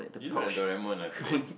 you look like Doraemon ah today